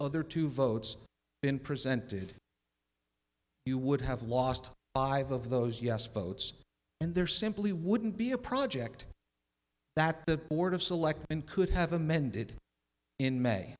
other two votes been presented you would have lost i have of those yes votes and there simply wouldn't be a project that the board of selectmen could have amended in may